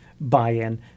buy-in